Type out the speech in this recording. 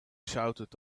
shouted